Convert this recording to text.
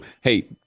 hey